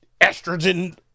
estrogen